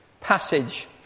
passage